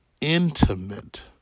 intimate